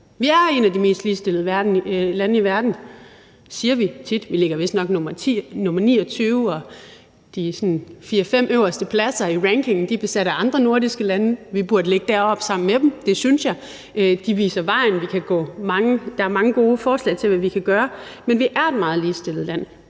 Vi er et af de mest ligestillede lande i verden, siger vi tit. Vi ligger vistnok nr. 29 i rankingen, og de fire-fem øverste pladser er besat af andre nordiske lande. Vi burde ligge deroppe sammen med dem – det synes jeg – de viser vejen, og der er mange gode forslag til, hvad vi kan gøre, men vi er et meget ligestillet land.